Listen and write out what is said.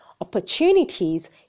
opportunities